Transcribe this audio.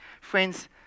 friends